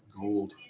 gold